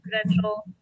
credential